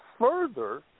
further